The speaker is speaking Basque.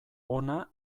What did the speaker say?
ona